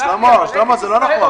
שלמה, זה לא נכון.